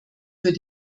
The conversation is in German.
für